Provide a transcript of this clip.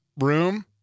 room